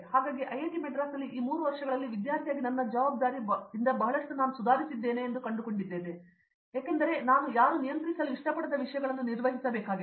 ಹಾಗಾಗಿ ಐಐಟಿ ಮದ್ರಾಸ್ನಲ್ಲಿ ಈ 3 ವರ್ಷಗಳಲ್ಲಿ ಒಬ್ಬ ವಿದ್ಯಾರ್ಥಿಯಾಗಿ ನನ್ನ ಜವಾಬ್ದಾರಿ ಬಹಳಷ್ಟು ಸುಧಾರಿಸಿದೆ ಎಂದು ನಾನು ಕಂಡುಕೊಂಡಿದ್ದೇನೆ ಏಕೆಂದರೆ ನಾನು ಯಾರೂ ನಿಯಂತ್ರಿಸಲು ಇಷ್ಟಪಡದ ವಿಷಯಗಳನ್ನು ನಿರ್ವಹಿಸಬೇಕಾಗಿದೆ